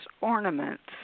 ornaments